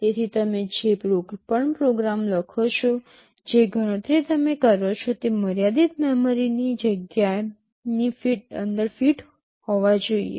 તેથી તમે જે પણ પ્રોગ્રામ લખો છો જે ગણતરી તમે કરો છો તે તે મર્યાદિત મેમરી જગ્યાની અંદર ફિટ હોવા જોઈએ